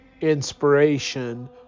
inspiration